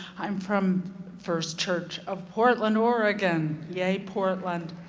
i'm from first church of portland, oregon. yah, portland.